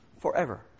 forever